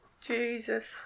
Jesus